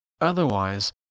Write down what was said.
Otherwise